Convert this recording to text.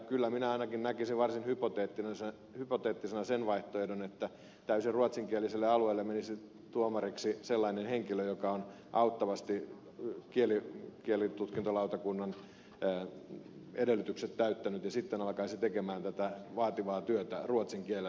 kyllä minä ainakin näkisin varsin hypoteettisena sen vaihtoehdon että täysin ruotsinkielisille alueille menisi tuomariksi sellainen henkilö joka on auttavasti kielitutkintolautakunnan edellytykset täyttänyt ja sitten alkaisi tehdä tätä vaativaa työtä ruotsin kielellä